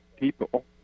people